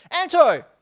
Anto